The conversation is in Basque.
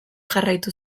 jarraitu